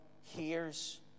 hears